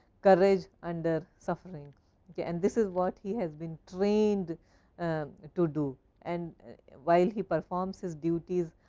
courage under suffering yeah and this is what he has been trained to do and while he performs his duties.